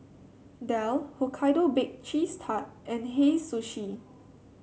Dell Hokkaido Bake Cheese Tart and Hei Sushi